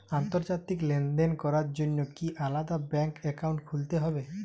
আন্তর্জাতিক লেনদেন করার জন্য কি আলাদা ব্যাংক অ্যাকাউন্ট খুলতে হবে?